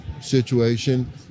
situation